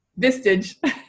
Vistage